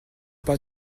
pas